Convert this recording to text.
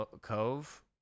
cove